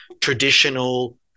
traditional